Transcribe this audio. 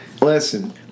Listen